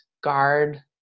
guard